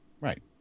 Right